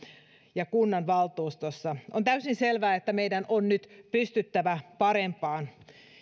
ja kunnanvaltuustossa on täysin selvää että meidän on nyt pystyttävä parempaan